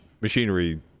machinery